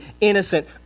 innocent